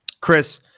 Chris